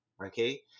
Okay